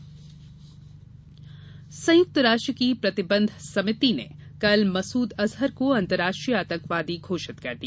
संयुक्त राष्ट्र अजहर संयुक्त राष्ट्र की प्रतिबंध समिति ने कल मसूद अजहर को अंतर्राष्ट्रीय आतंकवादी घोषित कर दिया